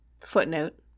Footnote